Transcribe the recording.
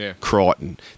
Crichton